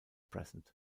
present